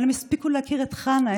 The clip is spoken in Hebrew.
אבל הן הספיקו להכיר את חנה,